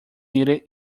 needed